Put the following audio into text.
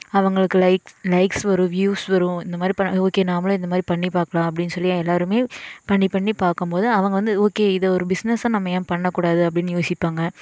அவங்களுக்கு likes likes வரும் views வரும் இந்த மாதிரி பண்ணால் சரி ஓகே நாமளும் இந்த மாதிரி பண்ணி பார்க்கலாம் அப்படின்னு சொல்லி எல்லாருமே பண்ணி பண்ணி பார்க்கும்போது அவங்க வந்து ஓகே இதை ஒரு பிஸ்னஸ்சாக நம்ம ஏன் பண்ணக்கூடாது அப்படின்னு யோசிப்பாங்க